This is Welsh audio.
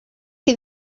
chi